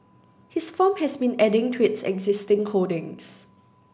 his firm has been adding to its existing holdings